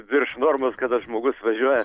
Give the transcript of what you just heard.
virš normos kada žmogus važiuoja